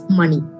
money